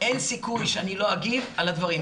אין סיכוי שאני לא אגיב על הדברים.